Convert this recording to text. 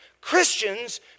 Christians